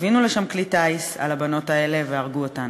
הכווינו לשם כלי טיס על הבנות האלה והרגו אותן.